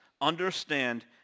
understand